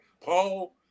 paul